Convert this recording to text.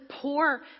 poor